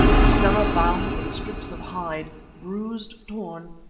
stella bound with strips of hide, bruised, torn,